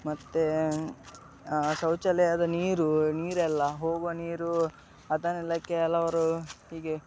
ಮತ್ತೆ ಆ ಶೌಚಾಲಯದ ನೀರು ನೀರೆಲ್ಲ ಹೋಗುವ ನೀರು ಅದನ್ನೆಲ್ಲ ಕೆಲವರು ಹೀಗೆ